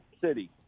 City